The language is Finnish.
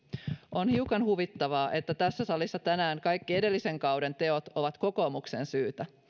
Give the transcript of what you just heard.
on hiukan huvittavaa että tässä salissa tänään kaikki edellisen kauden teot ovat kokoomuksen syytä